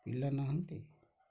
ପିଲା ନାହାନ୍ତି